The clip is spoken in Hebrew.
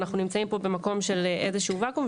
אנחנו נמצאים באיזה שהוא ואקום,